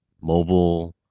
mobile